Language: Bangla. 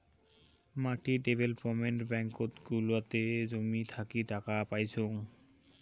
মাটি ডেভেলপমেন্ট ব্যাঙ্কত গুলাতে জমি থাকি টাকা পাইচুঙ